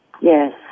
Yes